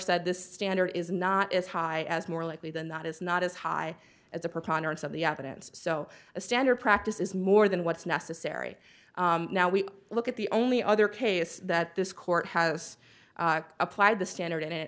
said this standard is not as high as more likely than that is not as high as a preponderance of the evidence so a standard practice is more than what's necessary now we look at the only other case that this court has applied the standard and it